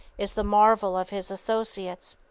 is the marvel of his associates.